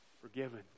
forgiven